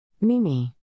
Mimi